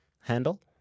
handle